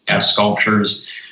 sculptures